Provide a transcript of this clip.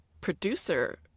producer